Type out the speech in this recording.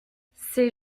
ces